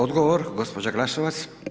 Odgovor, gđa. Glasovac.